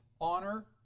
honor